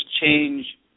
change